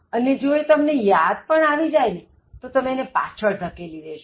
અને એ જો તમને યાદ પણ આવી જાયતો તમે એને પાછળ ધકેલી દેશો